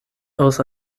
aus